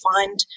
find